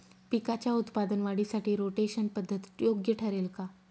पिकाच्या उत्पादन वाढीसाठी रोटेशन पद्धत योग्य ठरेल का?